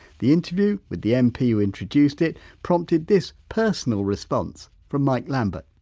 the interview with the mp, who introduced it, prompted this personal response from mike lambert.